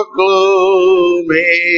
gloomy